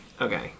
okay